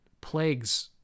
plagues